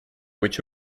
быть